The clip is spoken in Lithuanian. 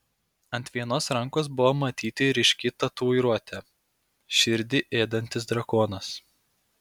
ant vienos rankos buvo matyti ryški tatuiruotė širdį ėdantis drakonas